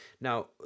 Now